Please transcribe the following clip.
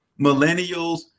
millennials